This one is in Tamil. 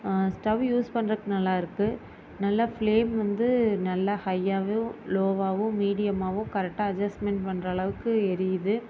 ஸ்டவ் யூஸ் பண்ணுறதுக்கு நல்லாயிருக்கு நல்லா ஃப்லேம் வந்து நல்லா ஹையாகவும் லோவாகவும் மீடியம்மாகவும் கரெக்டாக அட்ஜஸ்ட்மெண்ட் பண்ணுற அளவுக்கு எரியுது